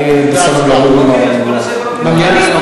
בסדר גמור, במליאה.